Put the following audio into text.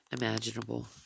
imaginable